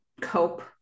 cope